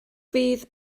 fydd